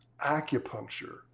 acupuncture